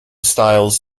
styles